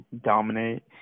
dominate